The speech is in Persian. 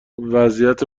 وضعیت